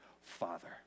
father